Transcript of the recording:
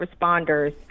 responders